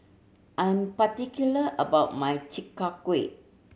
I'm particular about my Chi Kak Kuih